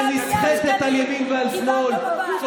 שנסחטת על ימין ועל שמאל --- עבאס,